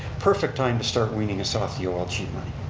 perfect time to start weening us off the olg money.